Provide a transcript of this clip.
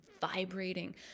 vibrating